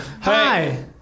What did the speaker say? Hi